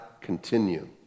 continue